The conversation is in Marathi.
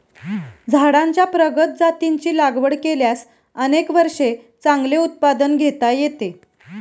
झाडांच्या प्रगत जातींची लागवड केल्यास अनेक वर्षे चांगले उत्पादन घेता येते